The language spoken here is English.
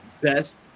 best